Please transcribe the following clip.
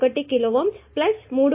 1కిలోΩ3